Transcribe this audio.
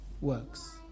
works